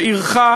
שעירך,